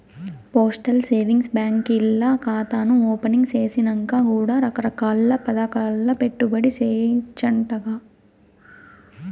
postal savings బాంకీల్ల కాతాను opening సేసినంక కూడా రకరకాల్ల పదకాల్ల పెట్టుబడి సేయచ్చంటగా